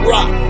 Rock